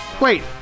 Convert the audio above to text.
Wait